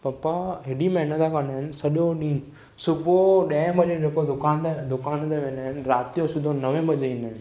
पप्पा हेॾी महिनत कंदा आहिनि सॼो ॾींहुं सुबुहु ॾह वजे जेको दुकान ते दुकान ते वेंदा आहिनि रात जो सिधो नवे वजे ईंदा आहिनि